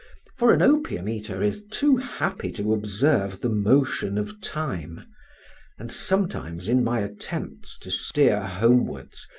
for an opium-eater is too happy to observe the motion of time and sometimes in my attempts to steer homewards,